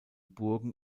burgen